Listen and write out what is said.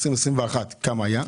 תיתן לי גם תשובה על 2021 כמה היה,